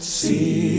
see